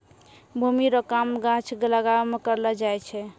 भूमि रो काम गाछ लागाबै मे करलो जाय छै